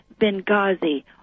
Benghazi